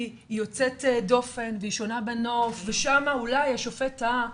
יוצאת דופן והיא שונה בנוף ושם אולי השופט טעה,